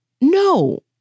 no